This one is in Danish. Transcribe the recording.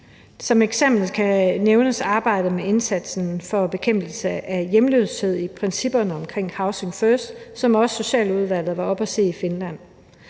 Som et eksempel kan nævnes arbejdet med indsatsen for at bekæmpe hjemløshed i principperne omkring housing first, som også Socialudvalget var oppe at se i Finland.